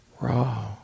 raw